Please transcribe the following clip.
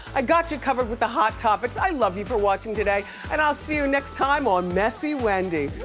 i got you covered with the hot topics. i love you for watching today and i'll see you next time on messy wendy.